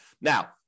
Now